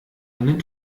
einen